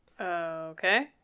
Okay